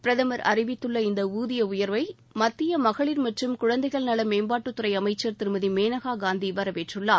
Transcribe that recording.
பிரதமர் அறிவித்துள்ள இந்த ஊதிய உயர்வை மத்திய மகளிர் மற்றும் குழந்தைகள் நலத்துறை அமைச்சர் திருமதி மேனகா காந்தி வரவேற்றுள்ளார்